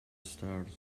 stars